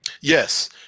Yes